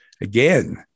again